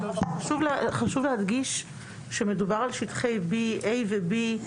חשוב להדגיש שמדובר על שטחי A ו-B.